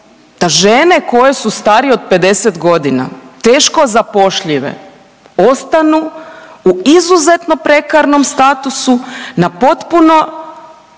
da žene koje su starije od 50.g., teško zapošljive, ostanu u izuzetno prekarnom statusu na potpuno